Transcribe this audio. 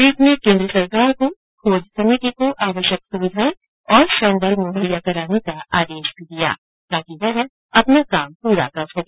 पीठ र्न केंद्र सरकार को खोज समिति को आवश्यक सुविधाएं और श्रमबल मुहैया कराने का आदेश भी दिया ताकि वह अपना काम पूरा कर सके